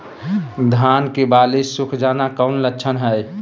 धान की बाली सुख जाना कौन लक्षण हैं?